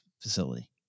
facility